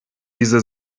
diese